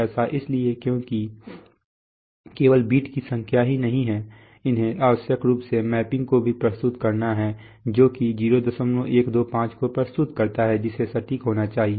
ऐसा इसलिए क्योंकि यह केवल बीट की संख्या ही नहीं है इन्हें आवश्यक रूप से मैपिंग को भी प्रस्तुत करना है जो कि 0125 को प्रस्तुत करता है जिसे सटीक होना चाहिए